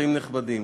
אורחים נכבדים,